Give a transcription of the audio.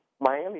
Miami